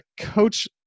coach